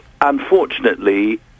unfortunately